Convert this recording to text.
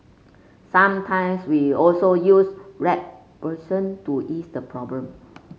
sometimes we also use rat poison to ease the problem